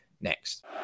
next